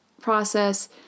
process